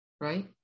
Right